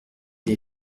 les